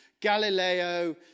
Galileo